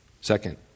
Second